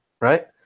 right